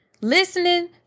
listening